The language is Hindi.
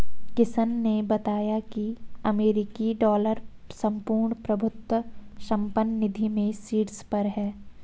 किशन ने बताया की अमेरिकी डॉलर संपूर्ण प्रभुत्व संपन्न निधि में शीर्ष पर है